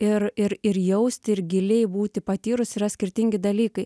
ir ir ir jausti ir giliai būti patyrus yra skirtingi dalykai